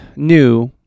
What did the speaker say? new